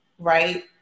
Right